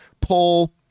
pull